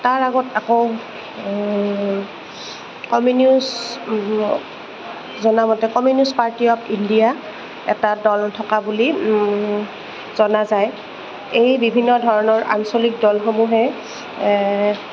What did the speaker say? তাৰ আগত আকৌ কমিউনিউষ্ট জনামতে কমিউনিষ্ট পাৰ্টি অফ ইণ্ডিয়া এটা দল থকা বুলি জনা যায় এই বিভিন্ন ধৰণৰ আঞ্চলিক দলসমূহে